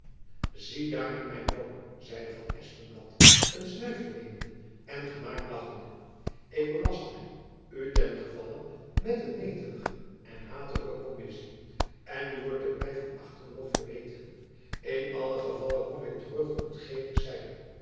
zie daar nu mijn loon zeide van espenblad een snuifje nemende en gemaakt lachende ik belast my u ten gevalle met een netelige en hatelijke kommissie en nu wordt het my van achteren nog verweten in allen gevalle kom ik terug op hetgeen ik zeide